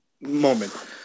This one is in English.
moment